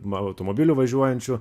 ma automobiliu važiuojančių